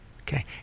okay